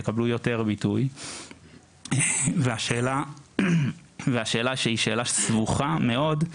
יקבלו יותר ביטוי והשאלה שהיא שאלה סבוכה מאוד,